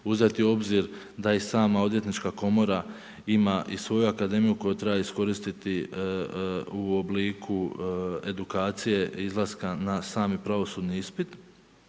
uzeti u obzir, da i sama odvjetnička komora, ima i svoju akademiju koju treba iskoristiti, u obliku edukacije, izlaska na sami pravosudni ispit.